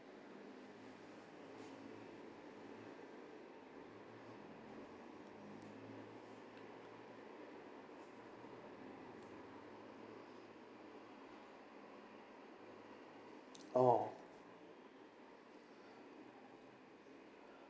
oh